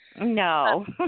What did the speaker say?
no